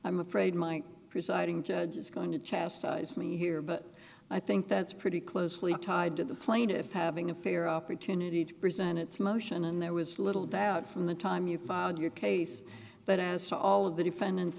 i'm afraid my presiding judge is going to chastise me here but i think that's pretty closely tied to the plaintiffs having a fair opportunity to present its motion and there was little doubt from the time you filed your case but as to all of the defendant